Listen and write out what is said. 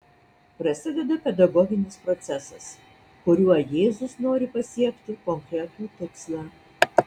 prasideda pedagoginis procesas kuriuo jėzus nori pasiekti konkretų tikslą